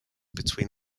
between